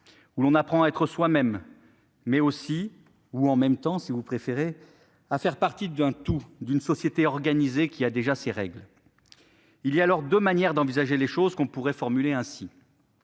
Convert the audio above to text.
où l'on apprend à être soi-même, mais aussi- ou « en même temps », si vous préférez, madame la secrétaire d'État -à faire partie d'un tout, d'une société organisée qui a déjà ses règles. Il y a alors deux manières d'envisager les choses que l'on pourrait formuler ainsi